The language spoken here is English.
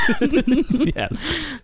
Yes